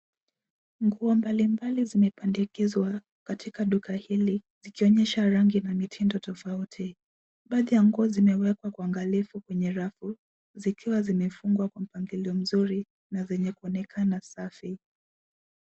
Nguo mbalimbali zimepandikizwa katika duka hili, zikionyesha rangi na mitindo tofauti. Baadhi ya nguo zimewekwa kwa uangalifu kwenye rafu zikiwa zimefungwa kwa mpangilio mzuri na zenye kuonekana safi.